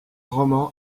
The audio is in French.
roman